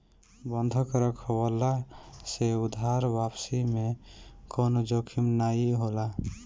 बंधक रखववला से उधार वापसी में कवनो जोखिम नाइ होला